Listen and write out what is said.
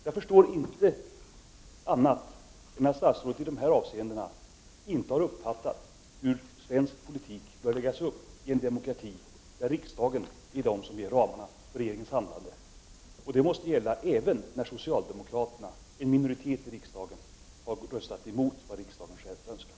Jag kan inte tolka detta på annat sätt än att statsrådet i dessa avseenden inte har uppfattat hur svensk politik bör läggas upp i en demokrati där riksdagen fastställer ramarna för regeringens handlande. Detta måste gälla även när socialdemokraterna, en minoritet av riksdagen, har röstat emot vad riksdagen i övrigt önskar.